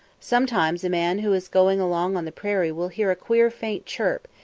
sometimes a man who is going along on the prairie will hear a queer faint chirp,